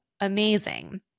amazing